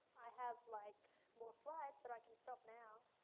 i have like more slides, but i can stop now.